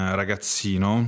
ragazzino